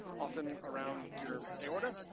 often around your aorta,